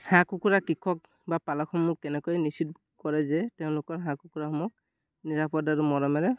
হাঁহ কুকুৰা কৃষক বা পালকসমূহ কেনেকৈ নিশ্চিত কৰে যে তেওঁলোকৰ হাঁহ কুকুৰাসমূহ নিৰাপদ আৰু মৰমেৰে